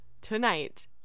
tonight